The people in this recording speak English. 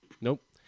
Nope